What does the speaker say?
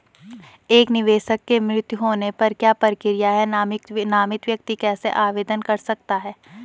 एक निवेशक के मृत्यु होने पर क्या प्रक्रिया है नामित व्यक्ति कैसे आवेदन कर सकता है?